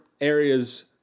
areas